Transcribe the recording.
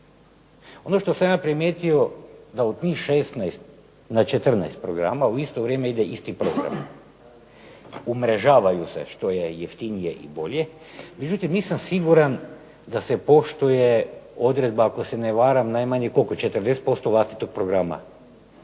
Ono što sam ja primijetio da od tih 16 na 14 programa u isto vrijeme ide isti program, umrežavaju se što je jeftinije i bolje. Međutim, nisam siguran da se poštuje odredba ako se ne varam oko 40% vlastitog programa.